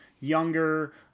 younger